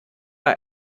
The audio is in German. bei